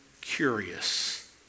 curious